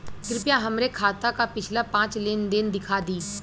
कृपया हमरे खाता क पिछला पांच लेन देन दिखा दी